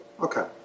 Okay